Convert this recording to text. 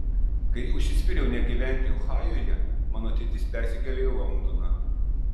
kai užsispyriau negyventi ohajuje mano ateitis persikėlė į londoną